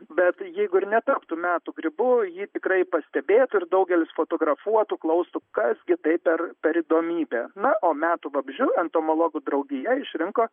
bet jeigu ir netaptų metų grybu jį tikrai pastebėtų ir daugelis fotografuotų klaustų kas gi tai per per įdomybė na o metų vabzdžiu entomologų draugija išrinko